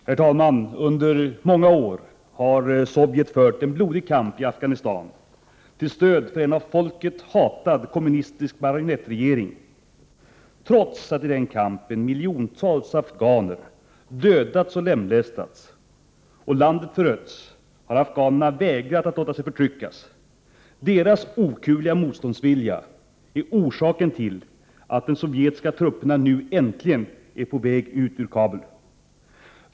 Herr talman! Under många år har Sovjet fört en blodig kampi Afghanistan till stöd för en av folket hatad kommunistisk marionettregering. Trots att i den kampen miljontals afghaner dödats och lemlästats och landet förötts, har afghanerna vägrat att låta sig förtryckas. Deras okuvliga motståndsvilja är orsaken till att de sovjetiska trupperna nu äntligen är på väg ut ur Kabul.